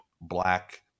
black